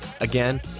Again